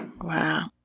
Wow